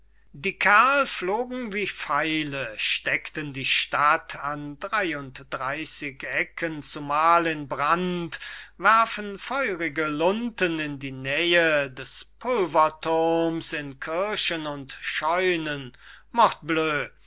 die kerl flogen wie pfeile steckten die stadt an drey und dreysig eken zumal in brand werfen feurige lunten in die nähe des pulverthurms in kirchen und scheunen